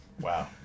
Wow